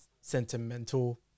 sentimental